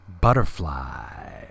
Butterfly